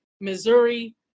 Missouri